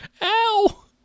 Ow